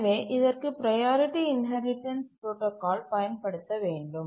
எனவே இதற்கு priority inheritance protocol பயன்படுத்த வேண்டும்